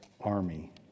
army